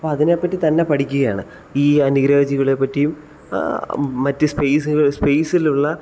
അപ്പം അതിനെപ്പറ്റി തന്നെ പഠിക്കുകയാണ് ഈ അന്യഗ്രഹ ജീവികളെപ്പറ്റിയും മറ്റ് സ്പേയ്സ് സ്പേയ്സിലുള്ള